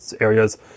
areas